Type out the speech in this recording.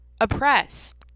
oppressed